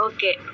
Okay